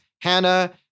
Hannah